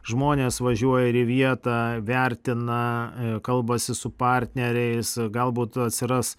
žmonės važiuoja ir į vietą vertina kalbasi su partneriais galbūt atsiras